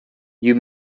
you